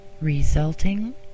resulting